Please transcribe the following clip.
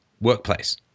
workplace